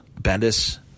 Bendis